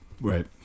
Right